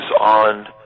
on